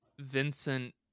Vincent